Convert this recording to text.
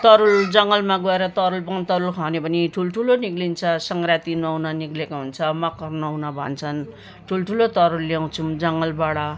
तरुल जङ्गलमा गएर तरुल वनतरुल खन्यो भने ठुल्ठुलो निस्किन्छ सङ्क्रान्ति नुहाउन निस्केको हुन्छ मकर नुहाउन भन्छन् ठुल्ठुलो तरुल ल्याउँछौँ जङ्गलबाट